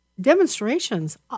demonstrations